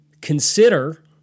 consider